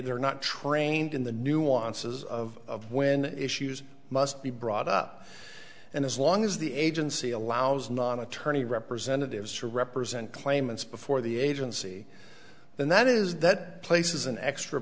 they're not trained in the nuances of when issues must be brought up and as long as the agency allows non attorney representatives to represent claimants before the agency then that is that places an extra